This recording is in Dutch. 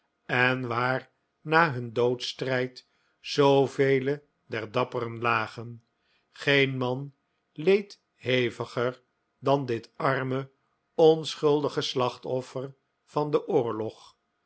en waar na hun doodsstrijd zoovele der dapperen lagen geen man leed heviger dan dit arme onschuldige slachtoffer van den oorlog